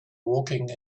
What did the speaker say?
walking